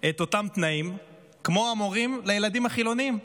את אותם תנאים כמו המורים של הילדים החילונים,